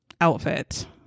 outfit